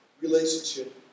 relationship